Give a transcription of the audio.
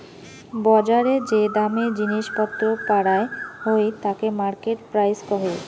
বজারে যে দামে জিনিস পত্র পারায় হই তাকে মার্কেট প্রাইস কহে